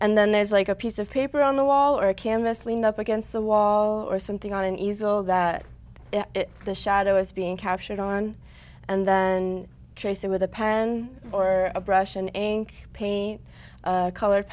and then there's like a piece of paper on the wall or a canvas leaning up against a wall or something on an easel that the shadow is being captured on and then trace it with a pen or a brush an ink pay me colored